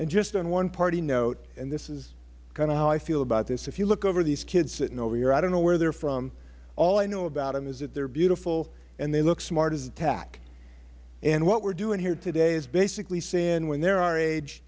and just on one parting note and this is kind of how i feel about this if you look over at these kids sitting over here i don't know where they are from all i know about them is that they are beautiful and they look smart as a tack and what we are doing here today is basically saying when they are our age